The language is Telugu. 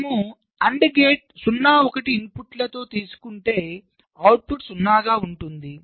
మనము AND గేట్ 01 ఇన్పుట్ లతో తీసుకుంటేఅవుట్పుట్ 0 గా ఉంటుంది